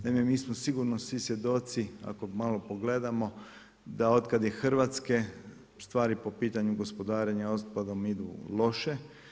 Naime, mi smo sigurno svi svjedoci ako malo pogledamo da otkad je Hrvatske u stvari po pitanju gospodarenja otpadom idu loše.